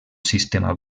sistema